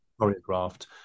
choreographed